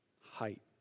height